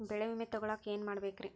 ಬೆಳೆ ವಿಮೆ ತಗೊಳಾಕ ಏನ್ ಮಾಡಬೇಕ್ರೇ?